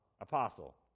Apostle